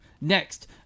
Next